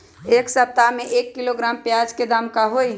एक सप्ताह में एक किलोग्राम प्याज के दाम का होई?